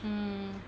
mm